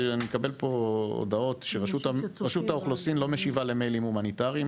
אני מקבל פה הודעות שרשות האוכלוסין לא משיבה למיילים הומניטריים.